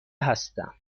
هستم